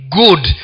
good